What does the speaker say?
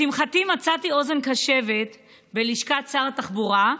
לשמחתי מצאתי אוזן קשבת בלשכת שר התחבורה,